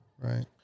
Right